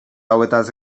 hauetaz